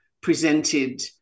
presented